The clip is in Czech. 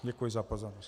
Děkuji za pozornost.